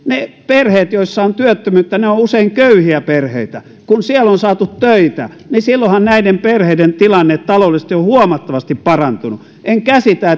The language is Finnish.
ne perheet joissa on työttömyyttä ovat usein köyhiä perheitä kun niissä on saatu töitä niin silloinhan näiden perheiden tilanne taloudellisesti on huomattavasti parantunut en käsitä